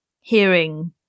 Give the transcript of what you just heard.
hearing